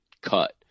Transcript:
cut